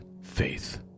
faith